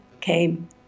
came